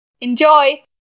Enjoy